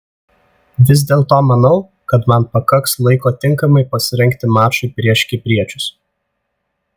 vis dėlto manau kad man pakaks laiko tinkamai pasirengti mačui prieš kipriečius